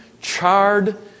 charred